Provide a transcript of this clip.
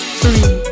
three